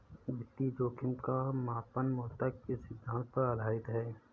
वित्तीय जोखिम का मापन मूलतः किस सिद्धांत पर आधारित है?